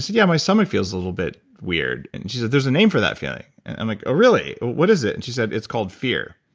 yeah. my stomach feels a little bit weird. and she said, there's a name for that feeling. and i'm like, oh, really? what is it? and she said, it's called fear.